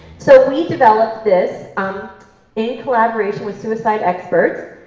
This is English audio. so we developed this um in collaboration with suicide experts,